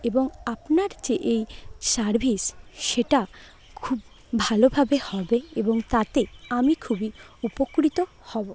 এবং আপনার যে এই সার্ভিস সেটা খুব ভালোভাবে হবে এবং তাতে আমি খুবই উপকৃত হব